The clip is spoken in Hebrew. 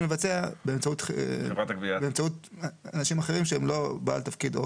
לבצע באמצעות אנשים אחרים שהם לא בעל תפקיד.